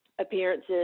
appearances